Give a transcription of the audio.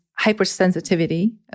hypersensitivity